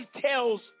tells